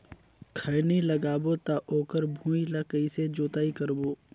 खैनी लगाबो ता ओकर भुईं ला कइसे जोताई करबो?